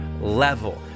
level